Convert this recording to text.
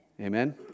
Amen